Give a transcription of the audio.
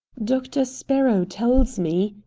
doctor sparrow tells me,